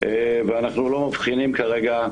ואנחנו לא מבחינים כרגע,